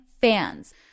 fans